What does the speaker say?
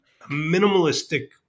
minimalistic